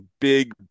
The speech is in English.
big